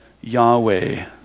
Yahweh